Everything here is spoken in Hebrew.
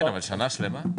כן, אבל שנה שלמה?